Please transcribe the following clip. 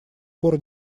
пор